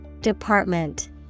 Department